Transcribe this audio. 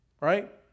right